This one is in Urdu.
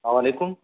السلام علیکم